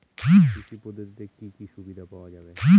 কৃষি পদ্ধতিতে কি কি সুবিধা পাওয়া যাবে?